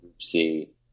See